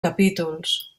capítols